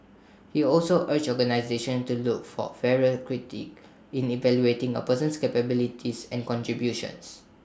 he also urged organisations to look for fairer in evaluating A person's capabilities and contributions